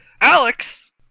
Alex